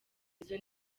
izo